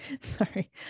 sorry